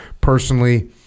Personally